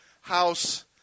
house